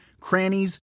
crannies